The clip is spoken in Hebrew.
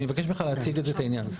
אני מבקש ממך להציג את זה, את העניין.